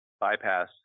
bypass